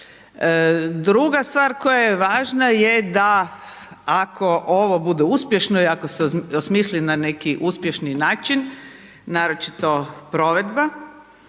Druga stvar koja je važna je da ako ovo bude uspješno i ako se osmisli na neki uspješni način, naročito provedba